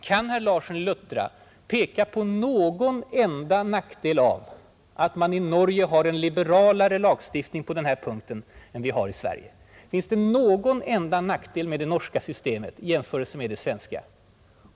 Kan herr Larsson i Luttra peka på någon enda nackdel av att man i Norge har en liberalare lagstiftning på denna punkt än vi har i Sverige? Finns det någon enda svaghet med det norska systemet i jämförelse med det svenska?